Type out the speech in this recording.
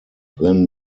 then